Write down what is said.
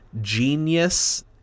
Genius